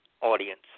audience